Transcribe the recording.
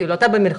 כאילו אתה במלחמה,